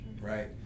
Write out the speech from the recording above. right